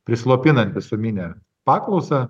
prislopina visuminę paklausą